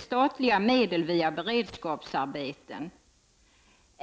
statliga medel via beredskapsarbeten.